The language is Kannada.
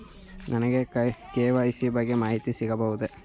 ನನಗೆ ಕೆ.ವೈ.ಸಿ ಬಗ್ಗೆ ಮಾಹಿತಿ ಸಿಗಬಹುದೇ?